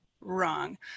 wrong